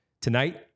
Tonight